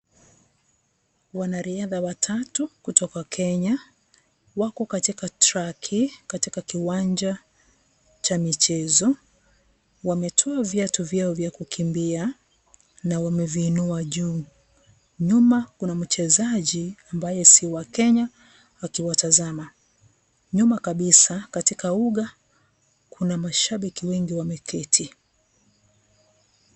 Wanariadha watatu kutoka Kenya wako katikati traki katika kiwanja cha michezo, wametoa viatu vyao vya kukimbia na wameviinua juu nyuma kuna mchezaji ambaye si wa Kenya akiwatazama. Nyuma katika uga kuna mashabiki wengi wameketi.